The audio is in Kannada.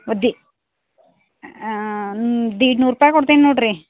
ಒದ್ದಿ ಒಂದು ದೀಡ್ ನೂರು ರೂಪಾಯಿ ಕೊಡ್ತೀನಿ ನೋಡಿರಿ